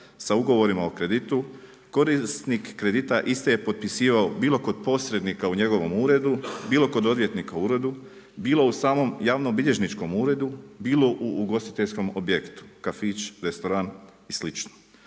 sa ugovorima o kreditu, korisnik kredita iste je potpisivao bilo kod posrednika u njegovom uredu, bilo kod odvjetnika u uredu, bilo u samom javno bilježničkom uredu bilo u ugostiteljskom objektu, kafić, restoran i sl.